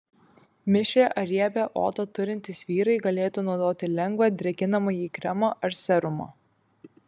mišrią ar riebią odą turintys vyrai galėtų naudoti lengvą drėkinamąjį kremą ar serumą